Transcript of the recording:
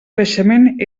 creixement